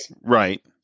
Right